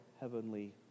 heavenly